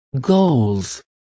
goals